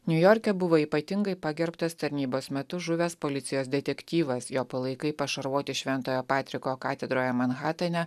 niujorke buvo ypatingai pagerbtas tarnybos metu žuvęs policijos detektyvas jo palaikai pašarvoti šventojo patriko katedroje manhatane